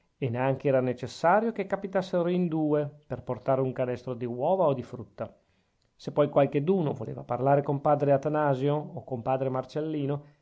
e neanche era necessario che capitassero in due per portare un canestro di uova o di frutta se poi qualcheduno voleva parlare con padre atanasio o con padre marcellino